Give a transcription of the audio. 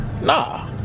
nah